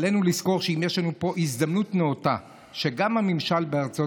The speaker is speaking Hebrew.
עלינו לזכור שיש לנו פה הזדמנות נאותה שבה גם הממשל בארצות